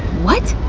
what!